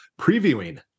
previewing